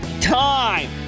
time